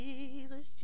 Jesus